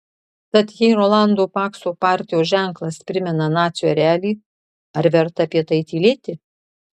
tad jei rolando pakso partijos ženklas primena nacių erelį ar verta apie tai tylėti